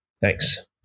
Thanks